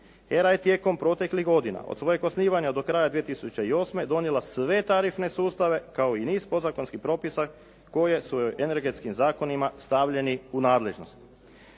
HERA je tijekom proteklih godina od svojeg osnivanja do kraja 2008. donijela sve tarifne sustave kao i niz podzakonskih propisa koje su joj energetskim zakonima stavljeni u nadležnost.